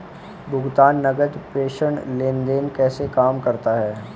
भुगतान नकद प्रेषण लेनदेन कैसे काम करता है?